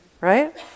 Right